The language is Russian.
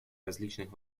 различных